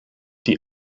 die